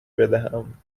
بدهم